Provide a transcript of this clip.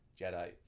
Jedi